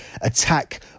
attack